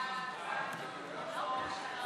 ההצעה